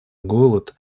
голод